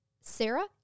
Sarah